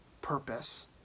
purpose